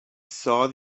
saw